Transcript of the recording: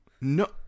No